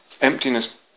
Emptiness